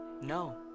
No